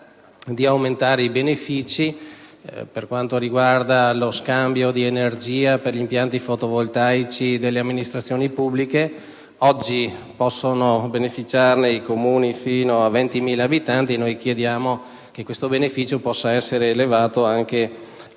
di aumentare i benefici per quanto riguarda lo scambio di energia per gli impianti fotovoltaici delle amministrazioni pubbliche. Oggi possono beneficiarne i Comuni fino a 20.000 abitanti; noi chiediamo che questo beneficio possa essere esteso a